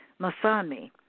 Masami